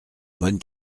bonne